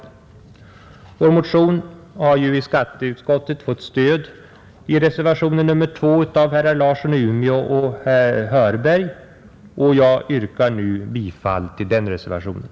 Vår motion har ju i skatteutskottet fått stöd i reservationen 2 av herrar Larsson i Umeå och Hörberg, och jag yrkar nu bifall till denna,